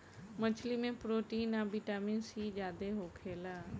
मछली में प्रोटीन आ विटामिन सी ज्यादे होखेला